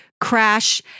crash